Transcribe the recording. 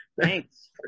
thanks